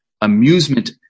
amusement